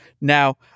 Now